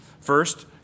First